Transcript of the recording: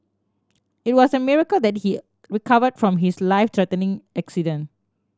it was a miracle that he recovered from his life threatening accident